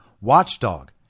Watchdog